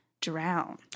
drown